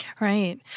Right